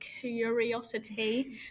curiosity